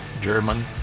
German